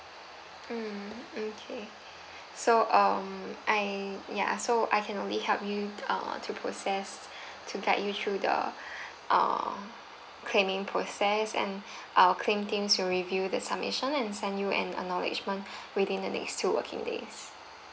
mm okay so um I ya so I can only help you uh to process to guide you through the uh claiming process and our claim teams will review the submission and send you an acknowledgement within the next two working days